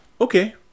Okay